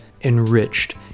enriched